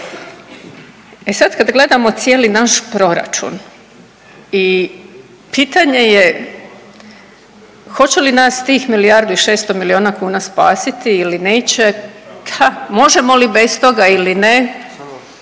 E sad kad gledamo cijeli naš proračun i pitanje je hoće li nas tih milijardu i 600 milijuna kuna spasiti ili neće, možemo li bez toga ili ne?